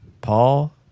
Paul